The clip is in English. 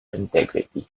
integrity